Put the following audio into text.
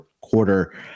quarter